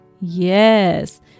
Yes